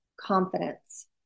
confidence